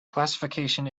classification